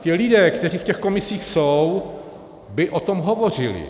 Ti lidé, kteří v těch komisích jsou, by o tom hovořili.